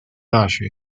大学